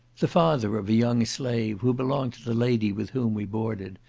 the father of a young slave, who belonged to the lady with whom we boarded,